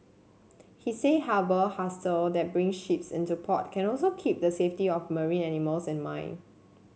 he said harbour hostel that bring ships into port can also keep the safety of marine animals in mind